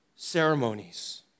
Ceremonies